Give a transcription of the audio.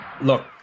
Look